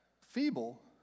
Feeble